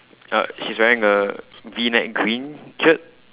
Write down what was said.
uh she's wearing a V neck green shirt